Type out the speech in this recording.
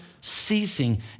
ceasing